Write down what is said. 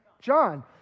John